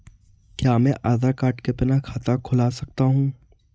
क्या मैं आधार कार्ड के बिना खाता खुला सकता हूं?